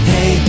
Hey